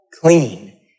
Clean